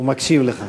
הוא מקשיב לך.